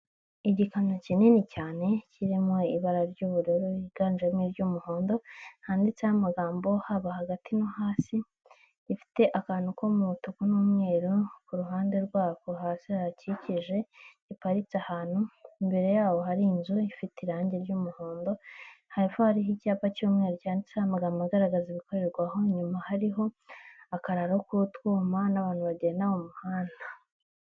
Igikamyo kinini cyane, kirimo ibara ry'ubururu higanjemo iry'umuhondo, handitseho amagambo, haba hagati no hasi, ifite akantu k'umutuku n'umweru, ku ruhande rwako hasi hahakikije, iparitse ahantu, imbere yaho hari inzu ifite irangi ry'umuhondo, hepfo hariho icyapa cy'umweru cyanyanditseho amagambo agaragaza ibikorerwa aho, inyuma hariho akararo k'utwuma, n'abantu bagenda mu muhanda.